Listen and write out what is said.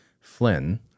Flynn